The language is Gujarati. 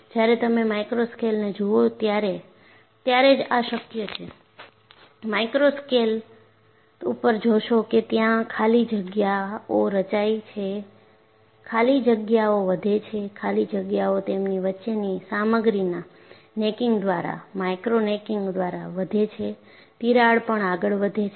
જ્યારે તમે માઇક્રો સ્કેલને જુઓ ત્યારે જ આ શક્ય છે માઇક્રો સ્કેલ ઉપર જોશો કે ત્યાં ખાલી જગ્યાઓ રચાય છે ખાલી જગ્યાઓ વધે છે ખાલી જગ્યાઓ તેમની વચ્ચેની સામગ્રીના નેકીંગ દ્વારા માઇક્રો નેકિંગ દ્વારા વધે છે તિરાડ પણ આગળ વધે છે